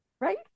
Right